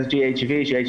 סם האונס,